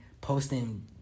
posting